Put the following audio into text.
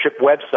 website